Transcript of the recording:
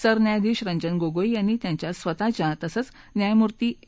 सरन्यायाधीश रंजन गोगोई यांनी त्यांच्या स्वतःच्या तसंच न्यायमूर्ती ए